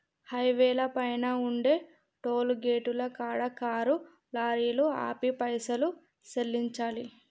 హైవేల పైన ఉండే టోలుగేటుల కాడ కారు లారీలు ఆపి పైసలు సెల్లించాలి